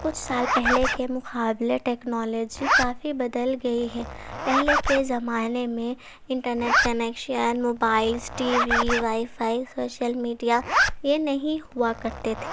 کچھ سال پہلے کے مقابلے ٹیکنالوجی کافی بدل گئی ہے پہلے کے زمانے میں internet connection mobiles T V wi fi social media یہ نہیں ہوا کرتے تھے